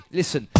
listen